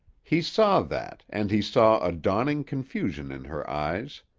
he saw that, and he saw a dawning confusion in her eyes.